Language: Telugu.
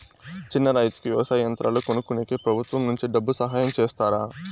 చిన్న రైతుకు వ్యవసాయ యంత్రాలు కొనుక్కునేకి ప్రభుత్వం నుంచి డబ్బు సహాయం చేస్తారా?